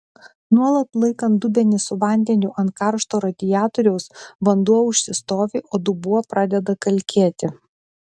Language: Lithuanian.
nuolat laikant dubenį su vandeniu ant karšto radiatoriaus vanduo užsistovi o dubuo pradeda kalkėti